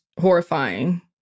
horrifying